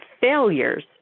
failures